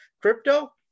Crypto